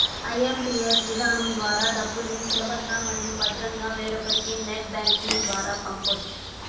IMPS విధానం ద్వారా డబ్బుల్ని సులభంగా మరియు భద్రంగా వేరొకరికి నెట్ బ్యాంకింగ్ ద్వారా పంపొచ్చు